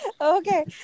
okay